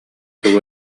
тугу